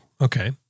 okay